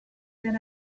that